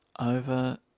over